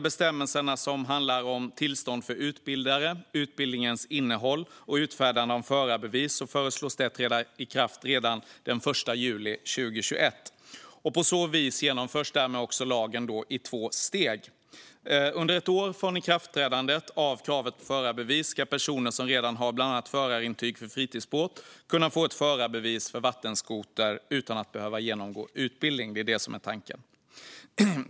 Bestämmelserna om tillstånd för utbildare, utbildningens innehåll och utfärdande av förarbevis föreslås träda i kraft redan den 1 juli 2021. På så vis genomförs lagen i två steg. Under ett år från ikraftträdandet av kravet på förarbevis ska personer som redan har bland annat förarintyg för fritidsbåt kunna få ett förarbevis för vattenskotrar utan att behöva genomgå utbildning. Det är tanken.